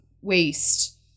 waste